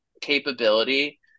capability